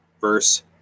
verse